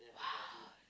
!wow!